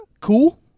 cool